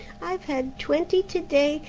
i've had twenty to-day,